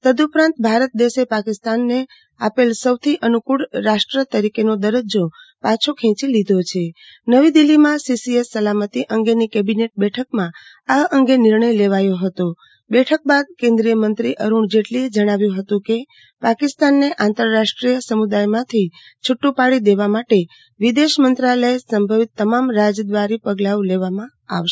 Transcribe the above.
તદઉપરાંતભારત દેશે પાકિસ્તાન ને આપેલ સોંથી અનુકળ રાષ્ટ્ર તરીકે નો દરરજો પાછો ખેચી લીધો છે નવી દિલ્ફી માં સીસી એસ સલામતી અંગેની કેબિનેટ બેઠકમાં આ અંગે નિર્ણય લેવાયો ફતો બેઠક બાદ કેન્દ્રીય મંત્રી અરુણ જેટલીએ જણાવ્યું હતું કે પાકિસ્તાન ને આંતરરાષ્ટ્રીય સમુદાયોમાંથી છુટું પાડી દેવા માટે વિદેશ મંત્રાલય સંભવિત તમામ રાજદ્વારો પગલાઓ લેવમાં આવશે